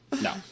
No